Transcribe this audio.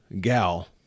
gal